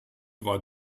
war